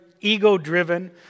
ego-driven